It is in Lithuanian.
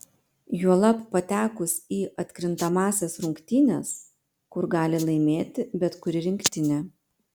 juolab patekus į atkrintamąsias rungtynes kur gali laimėti bet kuri rinktinė